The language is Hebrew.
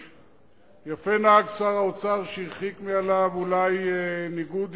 יפה נהג שר האוצר שהרחיק מעליו אולי ניגוד עניינים,